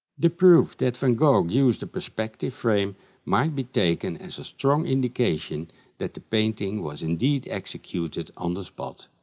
the proof that van gogh used a perspective frame might be taken as a strong indication that the painting was indeed executed on the spot.